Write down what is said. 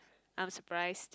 I'm surprised